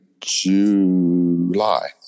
July